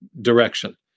direction